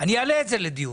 אני אעלה את זה לדיון.